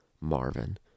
Marvin